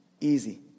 easy